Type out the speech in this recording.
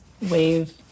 wave